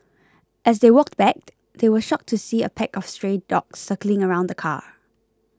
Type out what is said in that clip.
as they walked backed they were shocked to see a pack of stray dogs circling around the car